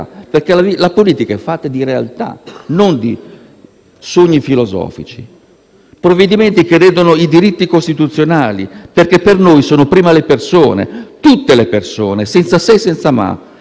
perché la politica è fatta di realtà e non di sogni filosofici. Si tratta dunque di provvedimenti che ledono i diritti costituzionali, perché per noi vengono prima le persone, tutte le persone, senza se e senza ma,